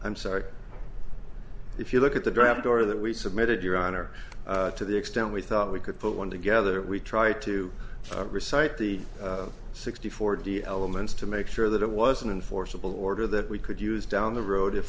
i'm sorry if you look at the draft order that we submitted your honor to the extent we thought we could put one together we try to recite the sixty four d elements to make sure that it wasn't an forcible order that we could use down the road if